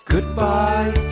Goodbye